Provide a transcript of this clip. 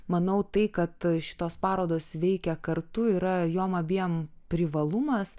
manau tai kad šitos parodos veikia kartu yra jom abiem privalumas